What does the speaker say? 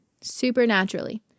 supernaturally